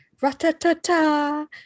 ra-ta-ta-ta